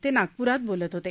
ते नागप्रात बोलत होते